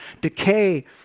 decay